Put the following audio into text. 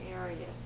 area